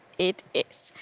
it is.